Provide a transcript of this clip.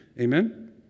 Amen